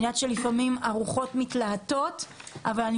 אני יודעת שלפעמים הרוחות מתלהטות אבל אני